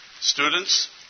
Students